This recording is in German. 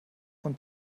und